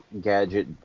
Gadget